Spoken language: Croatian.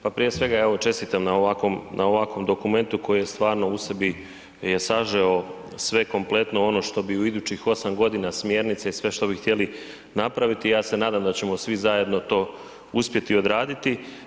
Pa prije svega evo čestitam na ovakvom dokumentu koji je stvarno u sebi je sažeo sve kompletno ono što bi u idućih 8.g. smjernice i sve što bi htjeli napraviti, ja se nadam da ćemo svi zajedno to uspjeti odraditi.